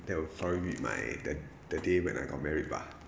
that will probably be my that the day when I got married bah